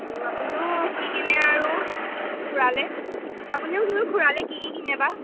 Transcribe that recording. আপুনিও কি কিনে আৰু খুৰালৈ আপুনিও খুৰালৈ কি কি কিনে বা